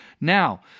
Now